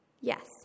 Yes